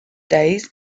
days